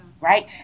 right